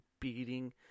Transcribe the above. beating